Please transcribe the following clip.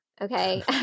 okay